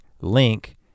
Link